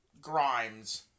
Grimes